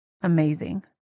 Amazing